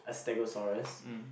as Stegosaurus